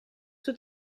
suo